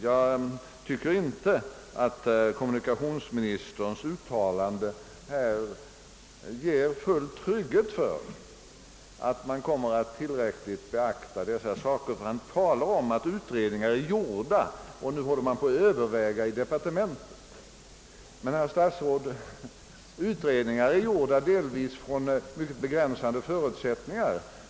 Jag tycker inte att kommunikationsministerns uttalande i dag ger full trygghet för att regeringen tillräckligt kommer att beakta dessa synpunkter. Han talar nämligen om att utredningar är gjorda och att man håller på att överväga i departementet. Men, herr statsråd, utredningarna har gjorts från delvis mycket begränsande förutsättningar.